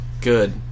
Good